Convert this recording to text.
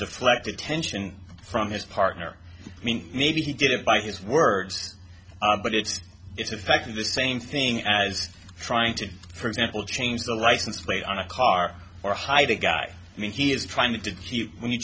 deflect attention from his partner i mean maybe he did it by his words but it's it's back to the same thing as trying to for example change the license plate on a car or hide a guy i mean he is trying to do you when you